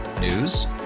News